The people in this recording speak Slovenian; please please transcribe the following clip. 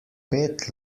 pet